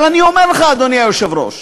אבל אני אומר לך, אדוני היושב-ראש,